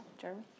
Jeremy